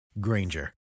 Granger